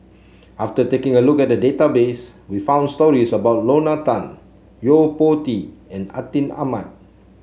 after taking a look at the database we found stories about Lorna Tan Yo Po Tee and Atin Amat